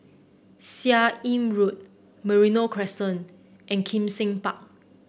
Seah Im Road Merino Crescent and Kim Seng Park